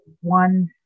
one